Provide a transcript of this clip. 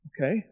Okay